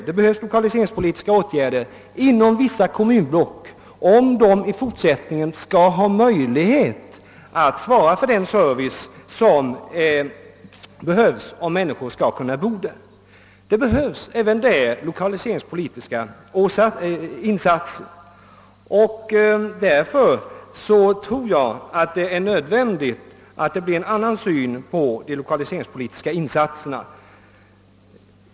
Det behövs lokaliseringspolitiska åtgärder inom vissa kommunblock, om det i fortsättningen skall vara möjligt att lämna den service som erfordras för att människorna skall kunna bo där. Lokaliseringspolitiska insatser måste alltså komma till stånd, och det måste bli en annan syn på dessa insatser.